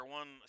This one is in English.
one